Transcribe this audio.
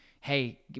hey